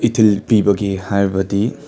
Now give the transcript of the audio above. ꯏꯊꯤꯜ ꯄꯤꯕꯒꯦ ꯍꯥꯏꯔꯕꯗꯤ